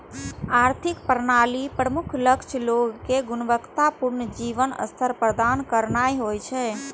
आर्थिक प्रणालीक प्रमुख लक्ष्य लोग कें गुणवत्ता पूर्ण जीवन स्तर प्रदान करनाय होइ छै